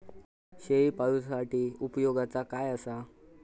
शेळीपाळूसाठी उपयोगाचा काय असा?